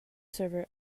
server